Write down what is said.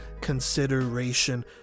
consideration